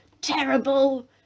terrible